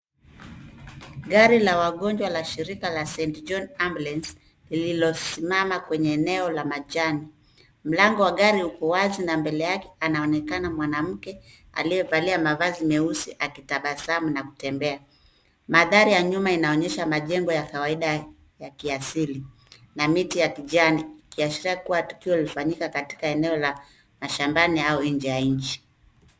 Gari la wagonjwa la shirika la St.Johns Ambulance, lilosimama kwenye eneo la majani. Mlango wa gari uko wazi na mbele yake anaonekana mwanamke aliyevaia mavazi meusi akitabasamu na kutembea. Mandhari ya nyuma inaonyesha majengo ya kawaida ya kiasili na miti ya kijani, ikiashiria kua tukio ilifanyika katika eneo la mashambani au nje ya nchi.